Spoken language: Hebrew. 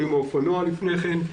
או עם האופנוע לפני כן,